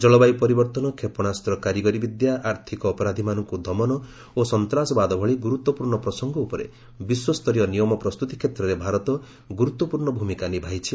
ଜଳବାୟୁ ପରିବର୍ତ୍ତନ କ୍ଷେପଶାସ୍ତ କାରିଗରି ବିଦ୍ୟା ଆର୍ଥକ ଅପରାଧିମାନଙ୍କୁ ଦମନ ଓ ସନ୍ତାସବାଦ ଭଳି ଗୁରୁତ୍ୱପୂର୍ଣ୍ଣ ପ୍ରସଙ୍ଗ ଉପରେ ବିଶ୍ୱସ୍ତରୀୟ ନିୟମ ପ୍ରସ୍ତୁତି କ୍ଷେତ୍ରରେ ଭାରତ ଗୁରୁତ୍ୱପୂର୍ଣ୍ଣ ଭୂମିକା ନିଭାଇଛି